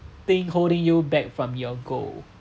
thing holding you back from your goal